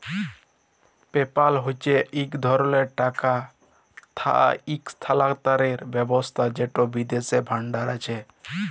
PayPal হছে ইক ধরলের টাকা ইসথালালতরের ব্যাবস্থা যেট বিদ্যাশে ব্যাভার হয়